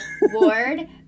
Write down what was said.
Ward